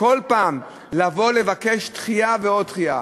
כל פעם לבוא לבקש דחייה ועוד דחייה,